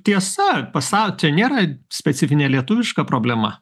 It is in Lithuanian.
tiesa pasa čia nėra specifinė lietuviška problema